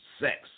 Sex